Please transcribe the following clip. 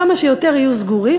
כמה שיותר יהיו סגורים.